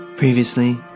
Previously